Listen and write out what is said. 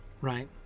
Right